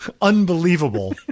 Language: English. unbelievable